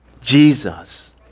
Jesus